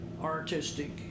artistic